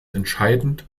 entscheidend